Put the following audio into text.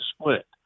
split